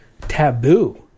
taboo